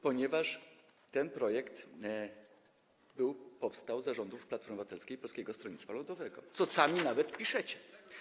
ponieważ ten projekt powstał za rządów Platformy Obywatelskiej i Polskiego Stronnictwa Ludowego, co sami nawet piszecie.